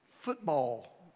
football